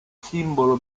simbolo